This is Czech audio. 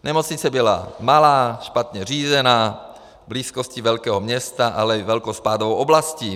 Nemocnice byla malá, špatně řízená, v blízkosti velkého města, ale i velkou spádovou oblastí.